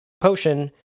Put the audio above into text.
potion